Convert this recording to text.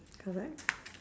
correct